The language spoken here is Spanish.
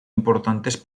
importantes